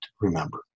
remember